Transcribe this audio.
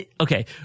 Okay